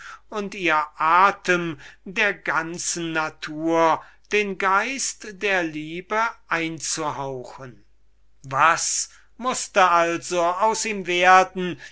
und ihr atem der ganzen natur den geist der liebe einzuhauchen was mußte denn aus ihm werden